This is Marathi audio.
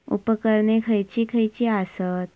उपकरणे खैयची खैयची आसत?